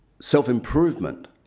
Self-improvement